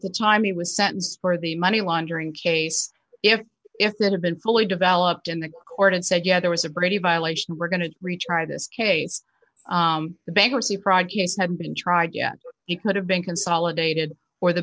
the time he was sentenced for the money laundering case if if that had been fully developed in the court and said yeah there was a pretty violation we're going to retry this case the bankruptcy privateers have been tried yet he could have been consolidated or the